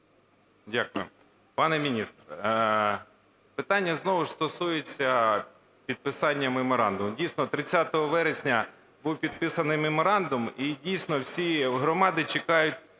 Дякую. Пане міністр, питання знову ж стосується підписання меморандуму. Дійсно 30 вересня був підписаний меморандум і, дійсно, всі громади чекають